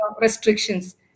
restrictions